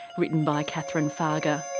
written by catherine fargher.